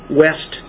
west